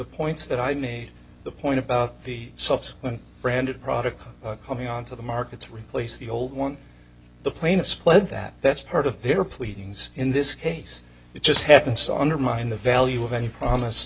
points that i made the point about the subsequent branded products coming onto the markets replace the old one the plaintiffs pledge that that's part of their pleadings in this case it just happens on their mind the value of any promise